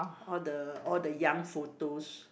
all the all the young photos